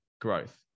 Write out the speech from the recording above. growth